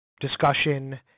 discussion